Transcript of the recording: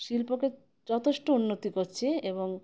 শিল্পকে যথেষ্ট উন্নতি করছে এবং